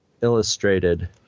illustrated